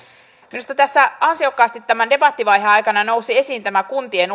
minusta tässä ansiokkaasti tämän debattivaiheen aikana nousi esiin tämä kuntien